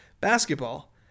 basketball